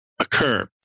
occur